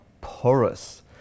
porous